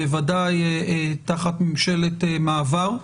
בוודאי תחת ממשלת מעבר.